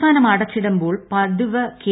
C സംസ്ഥാനം അടച്ചുപൂട്ടുമ്പോൾ പതിവ് കെ